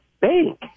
bank